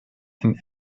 and